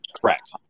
Correct